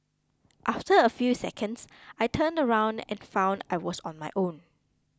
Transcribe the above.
after a few seconds I turned around and found I was on my own